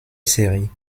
série